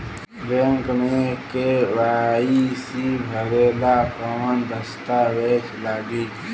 Bank मे KYC भरेला कवन दस्ता वेज लागी?